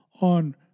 on